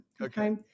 Okay